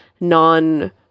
non